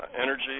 energy